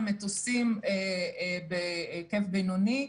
למטוסים בהיקף בינוני.